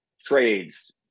trades